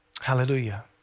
Hallelujah